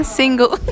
single